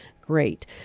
great